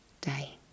day